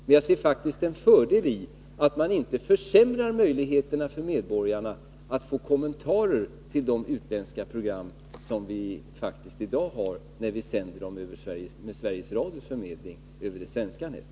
Men jag ser faktiskt en fördel i att man inte försämrar möjligheterna för medborgarna att få kommentarer till de utländska program som vi faktiskt i dag har när vi sänder dem med Sveriges Radios förmedling över det svenska nätet.